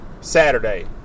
Saturday